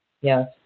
Yes